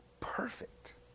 Perfect